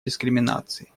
дискриминации